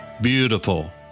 beautiful